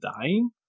dying